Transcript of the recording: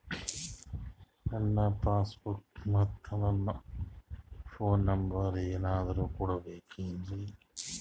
ನನ್ನ passbook ಮತ್ ನನ್ನ ಫೋನ್ ನಂಬರ್ ಏನಾದ್ರು ಕೊಡಬೇಕೆನ್ರಿ?